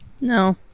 no